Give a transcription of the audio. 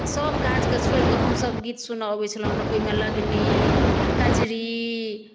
सभ काजके छोड़ि कऽ हमसभ गीत सुनय अबैत छलहुँ ओहिमे लगनी कजरी